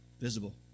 visible